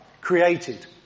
created